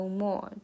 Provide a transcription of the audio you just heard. more